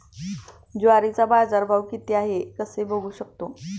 ज्वारीचा बाजारभाव किती आहे कसे बघू शकतो?